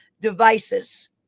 devices